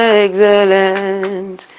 excellent